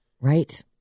Right